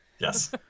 Yes